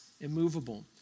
immovable